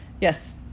yes